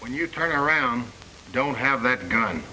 well you turn around don't have that gun